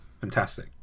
fantastic